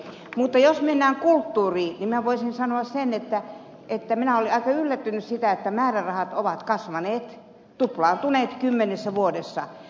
mutta jos mennään kulttuuriin niin minä voisin sanoa sen että minä olin aika yllättynyt siitä että määrärahat ovat kasvaneet tuplaantuneet kymmenessä vuodessa